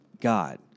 God